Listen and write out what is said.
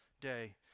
day